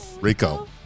Rico